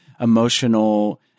emotional